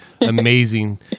amazing